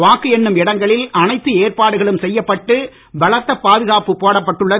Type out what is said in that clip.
வாக்கு எண்ணும் இடங்களில் அனைத்து ஏற்பாடுகளும் செய்யப்பட்டு பலத்த பாதுகாப்பு போடப்பட்டுள்ளது